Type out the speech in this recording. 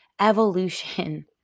evolution